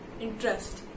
interest